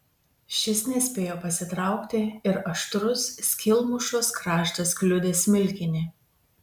šis nespėjo pasitraukti ir aštrus skylmušos kraštas kliudė smilkinį